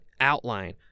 outline